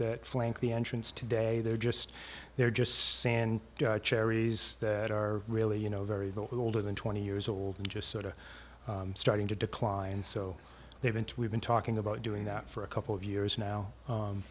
that flank the entrance today they're just they're just sand cherries that are really you know very little older than twenty years old and just sort of starting to decline so they're going to we've been talking about doing that for a couple of years now